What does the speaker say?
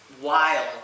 Wild